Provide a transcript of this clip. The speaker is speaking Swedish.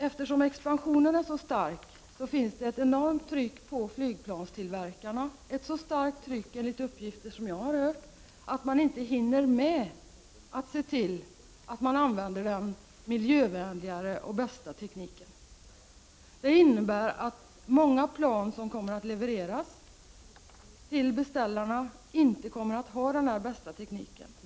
Eftersom expansionen är så stark finns det ett enormt tryck på flygplanstillverkarna, enligt uppgifter jag har hört, att de inte hinner med att se till att använda den miljövänligare och bästa tekniken. Många plan som kommer att levereras till beställarna kommer därför inte att ha den bästa tekniken.